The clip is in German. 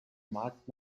markt